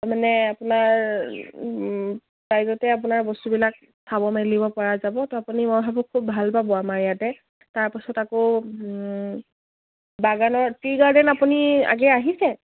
ত' মানে আপোনাৰ প্ৰাইজতে আপোনাৰ বস্তুবিলাক চাব মেলিব পৰা যাব ত' আপুনি মই ভাবোঁ খুব ভাল পাব আমাৰ ইয়াতে তাৰপাছত আকৌ বাগানৰ টি গাৰ্ডেন আপুনি আগে আহিছে